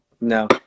No